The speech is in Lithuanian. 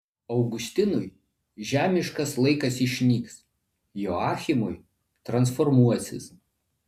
augustinui žemiškas laikas išnyks joachimui transformuosis